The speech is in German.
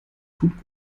tut